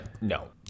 no